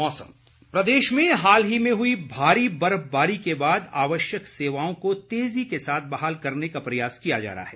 मौसम प्रदेश में हाल ही में हुई भारी बर्फबारी के बाद आवश्यक सेवाओं को तेजी के साथ बहाल करने का प्रयास किया जा रहा है